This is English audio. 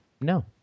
No